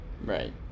Right